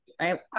Right